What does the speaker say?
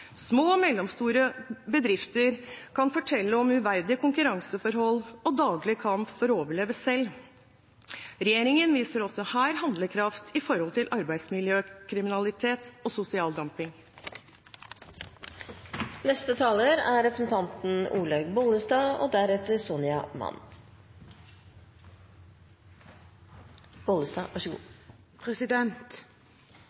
Små og mellomstore bedrifter kan fortelle om uverdige konkurranseforhold og daglig kamp for å overleve selv. Regjeringen viser også her handlekraft når det gjelder arbeidslivskriminalitet og